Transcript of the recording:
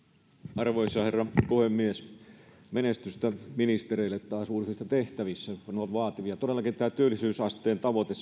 arvoisa herra puhemies menestystä ministereille taas uusissa tehtävissä ne ovat vaativia todellakin tämä työllisyysasteen seitsemänkymmenenviiden tavoite